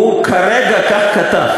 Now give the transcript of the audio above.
הוא כרגע כך כתב.